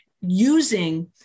using